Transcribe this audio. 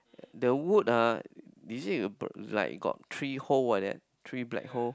the wood ah is it you b~ like got three hole like that three black hole